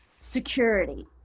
security